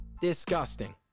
Disgusting